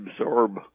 absorb